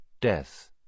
death